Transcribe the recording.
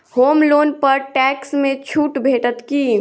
होम loan पर tax मे छुट भेटत की